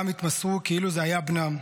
כולם התמסרו כאילו הוא היה בנם.